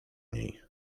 niej